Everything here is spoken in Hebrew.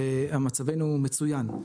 מצבנו מצוין,